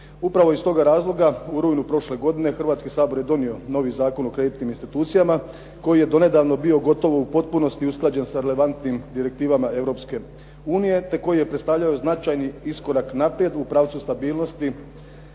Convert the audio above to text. Upravo iz toga razloga u rujnu prošle godine Hrvatski sabor je donio novi Zakon o kreditnim institucijama, koji je do nedavno gotovo u potpunosti usklađen sa relevantnim direktivama Europske unije te koji je predstavljao značajni iskorak naprijed u pravcu stabilnosti,